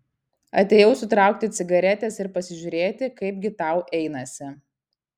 atėjau sutraukti cigaretės ir pasižiūrėti kaipgi tau einasi